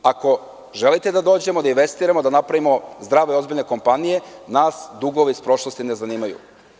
Ako želite da dođemo, da investiramo, da napravimo zdrave i ozbiljne kompanije, nas dugovi iz prošlosti ne zanimaju.